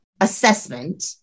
assessment